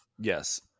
yes